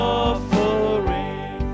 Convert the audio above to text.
offering